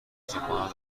صبحانه